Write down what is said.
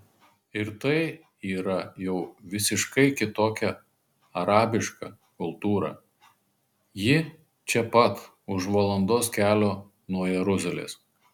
ir tai yra jau visiškai kitokia arabiška kultūra ji čia pat už valandos kelio nuo jeruzalės